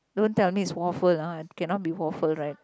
don't tell me it's waffle ah it cannot be waffle right